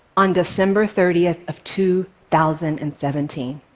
on december thirty of two thousand and seventeen,